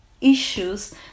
issues